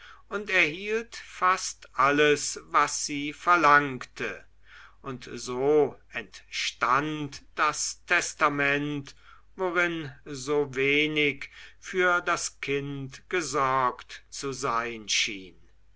und erhielt fast alles was sie verlangte und so entstand das testament worin so wenig für das kind gesorgt zu sein schien